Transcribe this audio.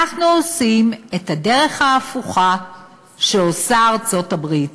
אנחנו עושים את הדרך ההפוכה שעושה ארצות-הברית.